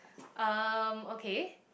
um okay